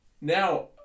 Now